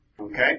Okay